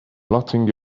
nothing